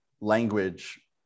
language